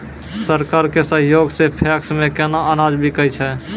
सरकार के सहयोग सऽ पैक्स मे केना अनाज बिकै छै?